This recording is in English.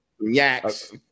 yaks